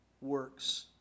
works